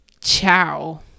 ciao